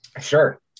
Sure